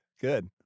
good